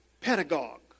pedagogue